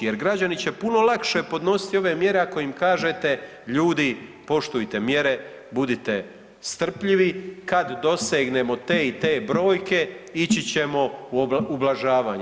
Jer građani će puno lakše podnositi ove mjere ako im kažete ljudi, poštujte mjere, budite strpljivi, kada dosegnemo te i te brojke ići ćemo u ublažavanje.